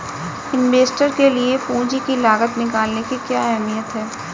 Investor के लिए पूंजी की लागत निकालने की क्या अहमियत है?